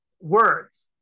words